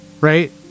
right